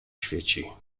świeci